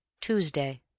Tuesday